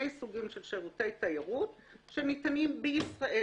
סוגים של שירותי תיירות שניתנים בישראל.